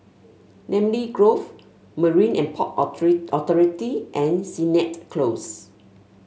Namly Grove Marine And Port Authority and Sennett Close